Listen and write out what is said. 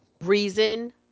reason